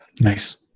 Nice